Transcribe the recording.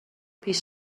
پیش